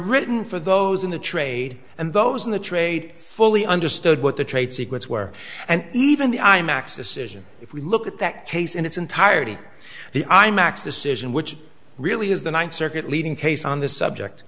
written for those in the trade and those in the trade fully understood what the trade secrets were and even the imax a situation if we look at that case in its entirety the imax decision which really is the ninth circuit leading case on this subject